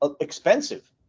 expensive